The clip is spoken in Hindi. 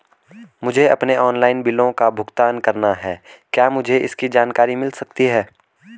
मुझे अपने ऑनलाइन बिलों का भुगतान करना है क्या मुझे इसकी जानकारी मिल सकती है?